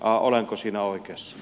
olenko siinä oikeassa